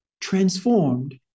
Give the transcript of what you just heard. transformed